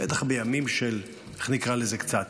בטח בימים של, איך נקרא לזה, קצת